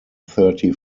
thirty